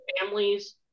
families